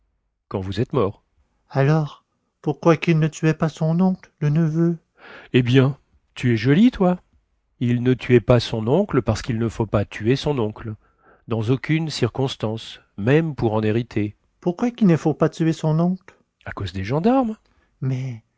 quand vous êtes mort alors pourquoi quil ne tuait pas son oncle le neveu eh bien tu es joli toi il ne tuait pas son oncle parce quil ne faut pas tuer son oncle dans aucune circonstance même pour en hériter pourquoi quil ne faut pas tuer son oncle à cause des gendarmes mais